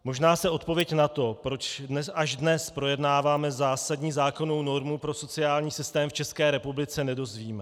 Možná se odpověď na to, proč až dnes projednáváme zásadní zákonnou normu pro sociální systém v České republice, nedozvíme.